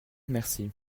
merci